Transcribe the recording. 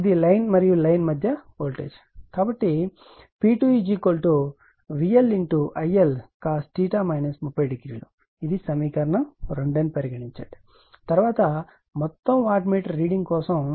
కాబట్టి P2VLIL cos 300 ఇది సమీకరణం 2 తరువాత మొత్తం వాట్ మీటర్ రీడింగ్ కొరకు